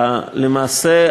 למעשה,